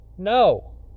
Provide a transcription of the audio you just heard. No